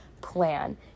plan